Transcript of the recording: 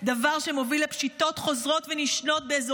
דבר שמוביל לפשיטות חוזרות ונשנות באזורים